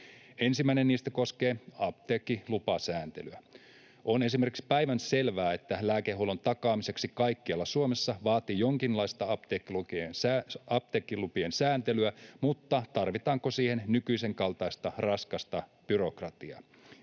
Ensimmäinen niistä koskee apteekkilupasääntelyä. On esimerkiksi päivänselvää, että lääkehuollon takaaminen kaikkialla Suomessa vaatii jonkinlaista apteekkilupien sääntelyä, mutta tarvitaanko siihen nykyisenkaltaista raskasta byrokratiaa?